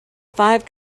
five